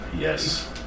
Yes